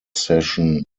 session